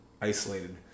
isolated